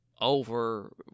over